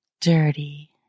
dirty